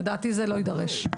לדעתי זה לא יידרש.